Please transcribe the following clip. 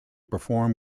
perform